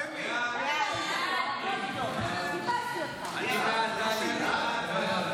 ההצעה להעביר את הצעת חוק בתי הדין הרבניים